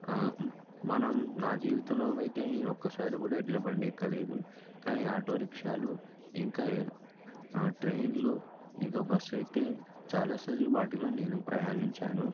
మనం నా జీవితంలో అయితే నేను ఒక్కసారి కూడా ఎడ్లబండి ఎక్కలేదు కానీ ఆటోరిక్షాలు ఇంకా ఆ ట్రైన్లు ఇంకా బస్సు అయితే చాలాసార్లు వాటిలో నేను ప్రయాణించాను